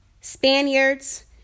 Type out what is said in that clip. Spaniards